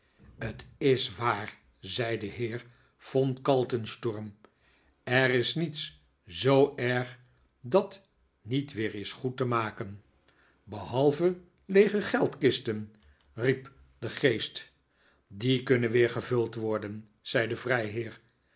t is waar zei de heer von kaltensturm er is niets zoo erg dat niet weer is goed te maken behalve leege geldkisten riep de geest die kunnen weer gevuld worden zei de vrijheer